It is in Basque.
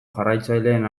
jarraitzaileen